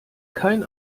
kein